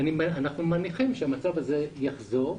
אנחנו מניחים שהמצב הזה יחזור.